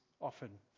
often